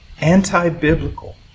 anti-biblical